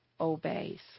obeys